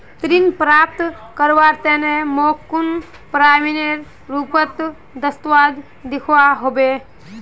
ऋण प्राप्त करवार तने मोक कुन प्रमाणएर रुपोत दस्तावेज दिखवा होबे?